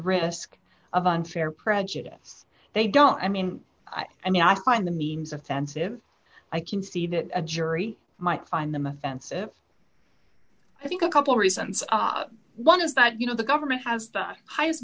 risk of unfair prejudice they don't i mean i and i find the means offensive i can see that a jury might find them offensive i think a couple reasons one is that you know the government has the highest